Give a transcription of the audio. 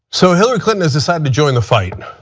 so, hillary clinton has decided to join the fight.